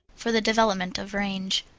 for the development of range.